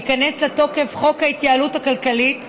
ייכנס לתוקף חוק ההתייעלות הכלכלית.